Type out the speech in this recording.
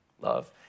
love